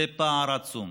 זה פער עצום.